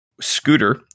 Scooter